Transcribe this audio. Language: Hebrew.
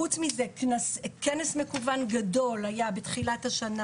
חוץ מזה כנס מקוון גדול היה בתחילת השנה